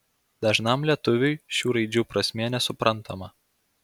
dažnam lietuviui šių raidžių prasmė nesuprantama